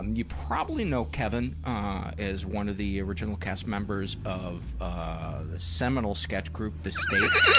um you probably know kevin ah as one of the original cast members of ah the seminal sketch group the state